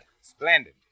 Splendid